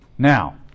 Now